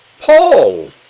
Paul